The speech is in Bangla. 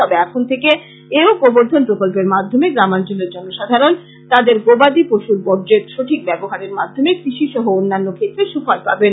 তবে এখন থেকে এও গোবর্দ্ধন প্রকল্পের মাধ্যমে গ্রামাঞ্চলের জনসাধারণ তাদের গোবাদি পশুর বর্জ্যর সঠিক ব্যবহারের মাধ্যমে কৃষি সহ অন্যান্য ক্ষেত্রে সুফল পাবেন